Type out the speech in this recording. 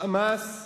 ה"חמאס"